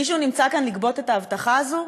מישהו נמצא כאן לגבות את ההבטחה הזאת?